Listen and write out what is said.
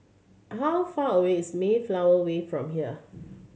how far away is Mayflower Way from here